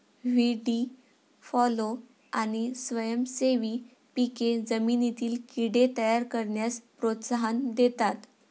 व्हीडी फॉलो आणि स्वयंसेवी पिके जमिनीतील कीड़े तयार करण्यास प्रोत्साहन देतात